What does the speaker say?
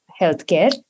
healthcare